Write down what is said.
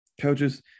coaches